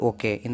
Okay